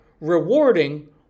rewarding